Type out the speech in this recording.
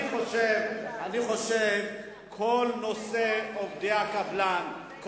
אני חושב שכל נושא עובדי הקבלן,